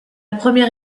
première